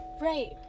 right